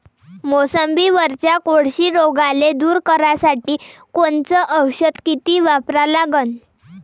मोसंबीवरच्या कोळशी रोगाले दूर करासाठी कोनचं औषध किती वापरा लागन?